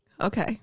Okay